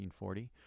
1940